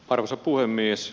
arvoisa puhemies